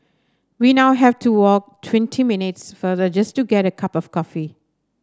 we now have to walk twenty minutes farther just to get a cup of coffee